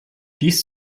dies